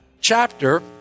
chapter